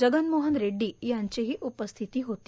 जगनमोहन रेड्डी यांचीही उपस्थिती होती